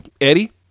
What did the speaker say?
Eddie